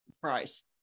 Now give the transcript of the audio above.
Price